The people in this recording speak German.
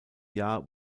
jahr